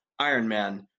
Ironman